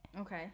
Okay